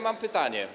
Mam pytanie.